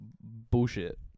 bullshit